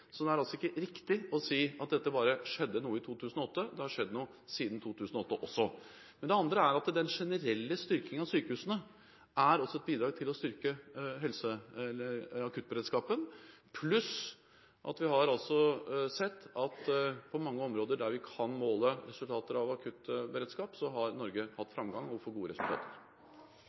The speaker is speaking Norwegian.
Så det er altså ikke riktig å si at det bare skjedde noe i 2008 – det har skjedd noe siden 2008 også. Det andre er at den generelle styrkingen av sykehusene er også et bidrag til å styrke akuttberedskapen, pluss at vi har sett at på mange områder der vi kan måle resultater av akuttberedskap, har Norge hatt framgang og får gode resultater.